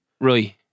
Right